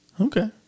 Okay